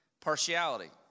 Partiality